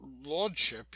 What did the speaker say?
Lordship